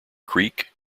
creek